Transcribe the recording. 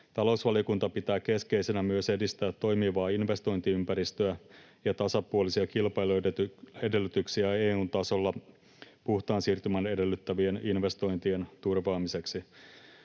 Talousvaliokunta pitää keskeisenä myös edistää toimivaa investointiympäristöä ja tasapuolisia kilpailuedellytyksiä EU:n tasolla puhtaan siirtymän edellyttämien investointien turvaamiseksi.